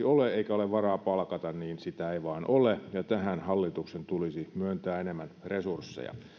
ole tarpeeksi eikä ole varaa palkata niin sitä ei vain ole tähän hallituksen tulisi myöntää enemmän resursseja